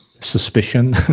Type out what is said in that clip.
suspicion